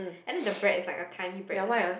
and then the bread is like a tiny bread it's like